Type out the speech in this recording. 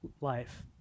life